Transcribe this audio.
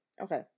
Okay